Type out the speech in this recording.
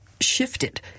shifted